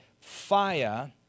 fire